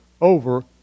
over